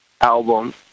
album